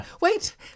wait